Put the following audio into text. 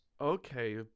Okay